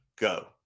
go